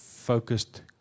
focused